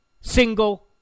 single